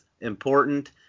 important